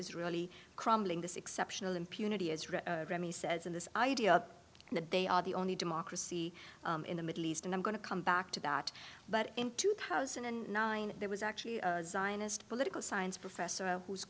is really crumbling this exceptional impunity as me says in this idea that they are the only democracy in the middle east and i'm going to come back to that but in two thousand and nine there was actually a zionist political science professor who's